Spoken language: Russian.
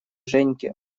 женьке